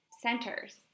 centers